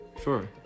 Sure